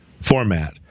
format